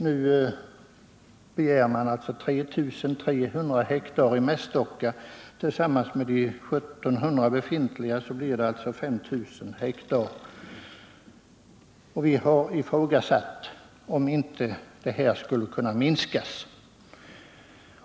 Nu begär man alltså 3 300 hektar i Mästocka. Tillsammans med tidigare 1 700 hektar blir det 5 000 hektar. Vi har ifrågasatt om inte området skulle kunna minskas.